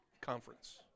conference